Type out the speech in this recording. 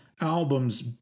albums